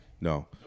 No